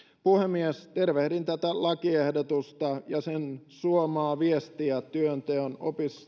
puhemies tervehdin tätä lakiehdotusta ja sen suomaa viestiä työnteon